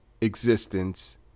existence